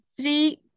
three